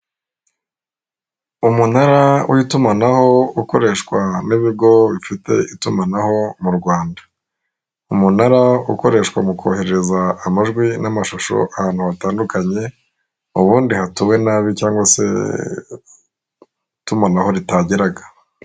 Umunara w'itumanaho ukoreshwa n'ibigo bifite itumanaho mu rwanda, umunara ukoreshwa mu kohereza amajwi n'amashusho ahantu hatandukanye ubundi hatuwe nabi cyangwa se itumanaho ritageraga.